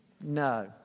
No